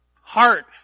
Heart